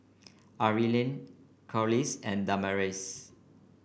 Arlyn Corliss and Damaris